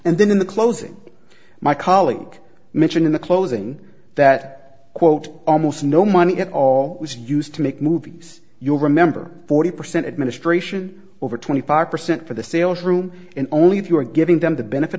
and then in the closing my colleague mentioned in the closing that quote almost no money at all was used to make movies you'll remember forty percent administration over twenty five percent for the sales room and only if you were giving them the benefit